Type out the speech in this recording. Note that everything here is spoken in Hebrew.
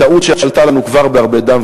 טעות שעלתה לנו כבר בהרבה דם,